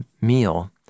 meal